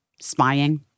spying